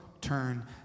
turn